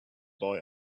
boy